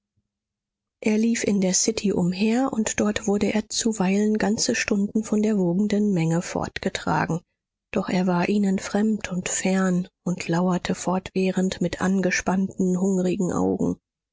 er lief in der city umher und dort wurde er zuweilen ganze stunden von der wogenden menge fortgetragen doch er war ihnen fremd und fern und lauerte fortwährend mit angespannten hungrigen augen